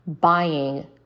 buying